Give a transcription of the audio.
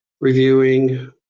reviewing